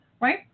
right